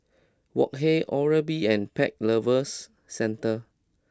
Wok Hey Oral B and Pet Lovers Centre